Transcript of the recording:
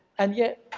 and yet,